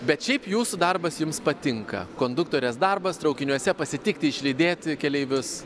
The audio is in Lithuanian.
bet šiaip jūsų darbas jums patinka konduktorės darbas traukiniuose pasitikti išlydėti keleivius